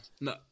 No